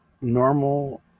normal